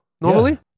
normally